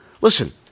Listen